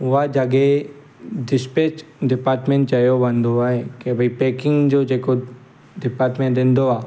उहा जॻहि dispatch department चयो वेंदो आहे की भई पैकिंग जो जेको डिपाटमैंट ईंदो आहे